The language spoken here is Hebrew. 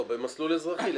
לא, במסלול אזרחי.